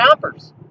chompers